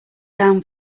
down